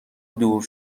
دور